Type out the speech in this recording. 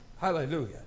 Hallelujah